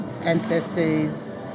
ancestors